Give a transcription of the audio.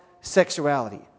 sexuality